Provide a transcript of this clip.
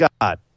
god